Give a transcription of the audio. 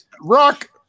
Rock